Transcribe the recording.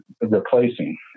replacing